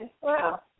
Wow